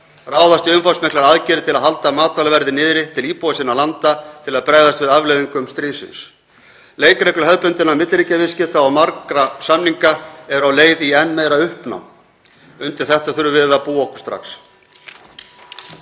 ráðast í umfangsmiklar aðgerðir til að halda matvælaverði til íbúa sinna landa niðri til að bregðast við afleiðingum stríðsins. Leikreglur hefðbundinna milliríkjaviðskipta og margra samninga eru á leið í enn meira uppnám. Undir þetta þurfum við að búa okkur strax.